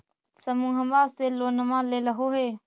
समुहवा से लोनवा लेलहो हे?